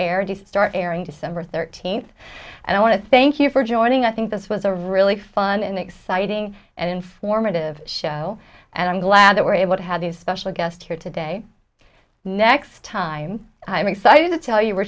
start airing december thirteenth and i want to thank you for joining i think this was a really fun and exciting and informative show and i'm glad that we're able to have the special guest here today next time i'm excited to tell you we're